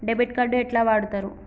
Debit card ఎట్లా వాడుతరు?